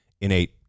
innate